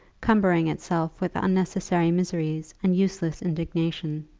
cumbering itself with unnecessary miseries and useless indignation.